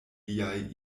liaj